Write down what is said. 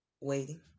Waiting